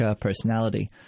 personality